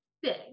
big